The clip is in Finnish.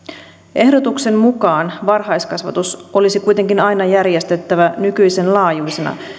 ehdotuksen mukaan varhaiskasvatus olisi kuitenkin aina järjestettävä nykyisen laajuisena